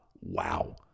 Wow